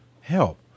help